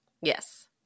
Yes